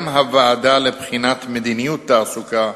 גם הוועדה לבחינת מדיניות תעסוקה,